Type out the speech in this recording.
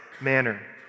manner